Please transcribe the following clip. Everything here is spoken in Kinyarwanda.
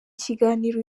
kiganiro